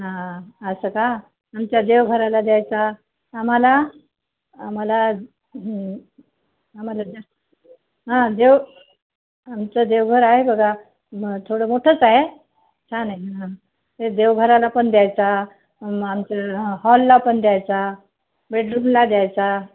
हां असं का आमच्या देवघराला द्यायचा आम्हाला आम्हाला आम्हाला द्या हा देव आमचं देवघर आहे बघा थोडं मोठंच आहे छान आहे हां ते देवघराला पण द्यायचा आमच्या हॉलला पण द्यायचा बेडरूमला द्यायचा